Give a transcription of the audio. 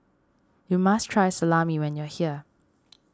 you must try Salami when you are here